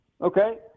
Okay